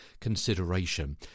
consideration